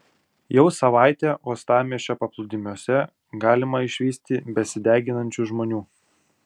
jau savaitę uostamiesčio paplūdimiuose galima išvysti besideginančių žmonių